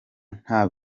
nta